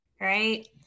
right